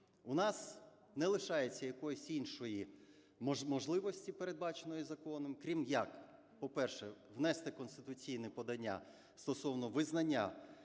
У нас не лишається якоїсь іншої можливості, передбаченої законом, крім як: по-перше, внести конституційне подання стосовно визнання